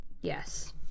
Yes